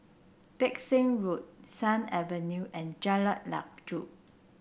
Pang Seng Road Sut Avenue and Jalan Lanjut